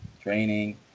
training